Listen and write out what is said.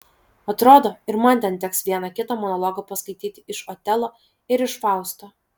atrodo ir man ten teks vieną kitą monologą paskaityti iš otelo ir iš fausto